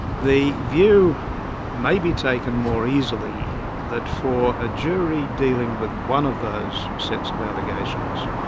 the view may be taken more easily that for a jury dealing with one of those sets of allegations,